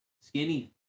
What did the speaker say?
skinny